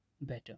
better